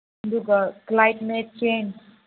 ꯑꯗꯨꯒ climate change